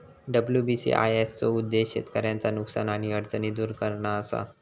WBCIS चो उद्देश्य शेतकऱ्यांचा नुकसान आणि अडचणी दुर करणा असा